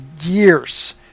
years